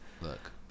Look